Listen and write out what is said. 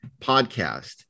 podcast